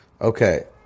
Okay